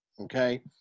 Okay